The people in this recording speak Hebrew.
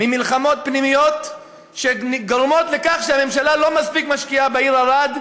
ממלחמות פנימיות שגורמות לכך שהממשלה לא מספיק משקיעה בעיר ערד,